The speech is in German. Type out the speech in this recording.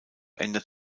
ändert